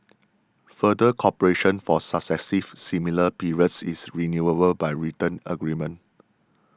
further cooperation for successive similar periods is renewable by written agreement